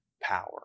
power